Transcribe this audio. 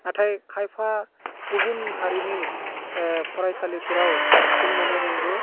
नाथाय खायफा गुबुन हारिनि फरायसालिफोराव जों नुनो मोन्दों